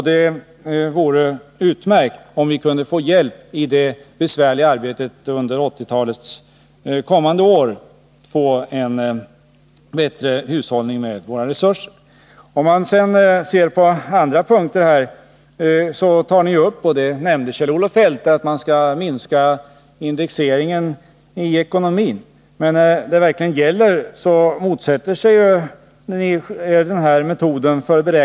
Det vore utmärkt om vi kunde få hjälp under 1980-talets kommande år med det besvärliga besparingsarbetet. I en annan punkt i inflationsprogrammet tar socialdemokraterna upp att man skall minska indexeringen i ekonomin. Men när det verkligen gäller, motsätter sig socialdemokraterna sådana åtgärder.